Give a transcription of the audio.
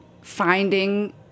finding